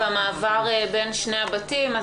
והמעבר בין שני הבתים.